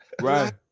Right